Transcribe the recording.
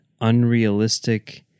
unrealistic